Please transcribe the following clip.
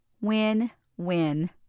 Win-win